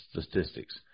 statistics